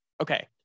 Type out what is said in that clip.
okay